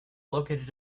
located